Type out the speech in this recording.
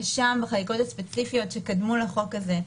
ושם בחקיקות הספציפיות שקדמו לחוק הזה,